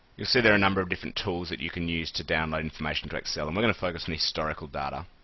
you'll see there are a number of different tools that you can use to download information into excel, and we're going to focus on historical data.